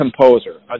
composer